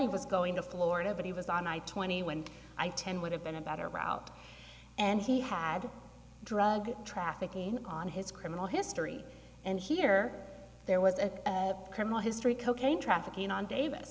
he was going to florida but he was on i twenty when i ten would have been a better route and he had drug trafficking on his criminal history and here there was a criminal history cocaine trafficking on davi